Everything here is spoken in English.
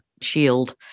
shield